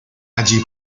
allí